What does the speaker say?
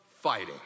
fighting